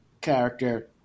character